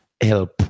help